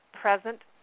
present